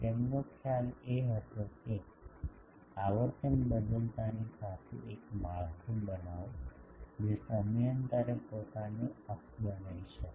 તેમનો ખ્યાલ એ હતો કે આવર્તન બદલાતાની સાથે એક માળખું બનાવો જે સમયાંતરે પોતાને અપ બનાવી શકે